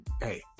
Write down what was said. hey